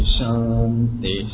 Shanti